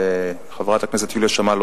חברת הכנסת יוליה שמאלוב,